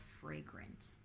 fragrant